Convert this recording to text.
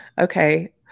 Okay